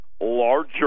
larger